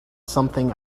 something